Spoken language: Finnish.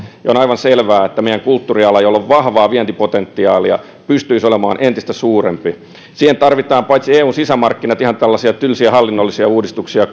on aivan selvää että meidän kulttuuriala jolla on vahvaa vientipotentiaalia pystyisi olemaan entistä suurempi siihen tarvitaan paitsi eun sisämarkkinat myös ihan tällaisia tylsiä hallinnollisia uudistuksia